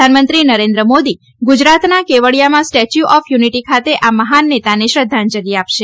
પ્રધાનમંત્રી નરેન્દ્ર મોદી ગુજરાતના કેવડીયામાં સ્ટેચ્યુ ઓફ યુનિટી ખાતે આ મહાન નેતાને શ્રધ્ધાંજલી આપશે